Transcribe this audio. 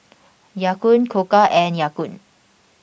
Ya Kun Koka and Ya Kun